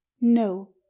no